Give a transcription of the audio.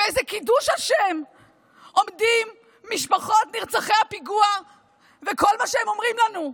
ובאיזה קידוש השם עומדות משפחות נרצחי הפיגוע וכל מה שהן אומרות לנו,